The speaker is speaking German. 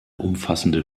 umfassende